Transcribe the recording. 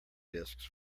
disks